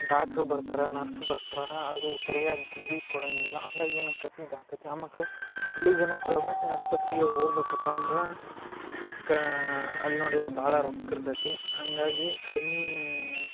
ಡಾಕ್ರ್ ಬರ್ತರ ನರ್ಸ್ ಬರ್ತರಾ ಅದು ಸರಿಯಾಗಿ ಗುಳ್ಗಿ ಕೊಡಂಗಿಲ್ಲ ಹಂಗಾಗಿ ಏನಾಕತ್ತಿ ಇದಾಕತ್ತಿ ಆಮೇಕ್ರ ಹಳ್ಳಿ ಜನ ಪ್ರವೇಟ್ ಆಸ್ಪತ್ರಿಗೆ ಹೋಗ್ಬಕಪ್ಪ ಅಂದ್ರಾ ಕಾ ಅಲ್ಲಿ ನೋಡಿದ್ದರೆ ಭಾಳ ರೊಕ್ಕ ಇರ್ತೈತಿ ಹಂಗಾಗಿ ಕಡಿಮೆ